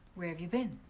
where have you been?